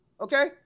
Okay